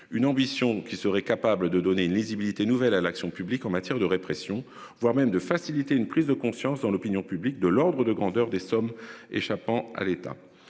Une ambition qui serait capable de donner une lisibilité nouvelles à l'action publique en matière de répression, voire même de faciliter une prise de conscience dans l'opinion publique de l'ordre de grandeur des sommes échappant à l'État